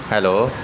hello